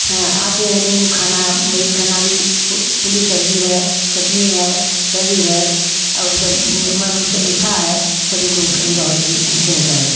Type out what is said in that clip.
हाँ आते हैं तो उनको खाना वही खाना भी पूड़ी सब्जी है चटनी है दही है अऊ सब मीठ मीठा है सब उनको उनका किया जाता है